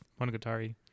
Monogatari